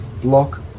block